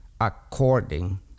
according